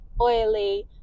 oily